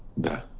the